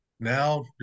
now